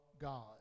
God